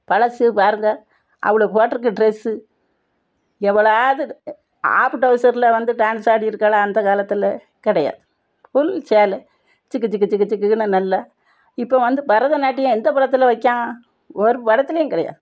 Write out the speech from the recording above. பழசு பாருங்க அவளு போட்டிருக்க ட்ரெஸ்ஸு எவளாவது ஆஃப் டவுசரில் வந்து டான்ஸ் ஆடியிருக்காளா அந்த காலத்தில் கிடையாது ஃபுல் சேலை ஜிகு ஜிகு ஜிகு ஜிகுன்னு நல்லா இப்போ வந்து பரதநாட்டியம் எந்தப் படத்தில் வைக்கான் ஒரு படத்துலையும் கிடையாது